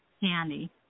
Candy